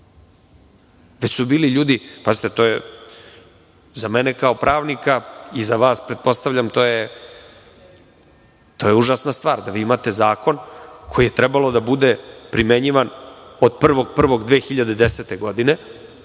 Bili su ljudi, pazite, to je za mene kao pravnika i za vas, to je užasna stvar, da vi imate zakon koji je trebalo da bude primenjivan od 1.1.2010. godine,